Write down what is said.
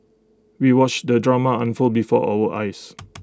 we watched the drama unfold before our eyes